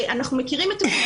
אנחנו מכירים את...